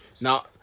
now